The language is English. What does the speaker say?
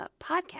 podcast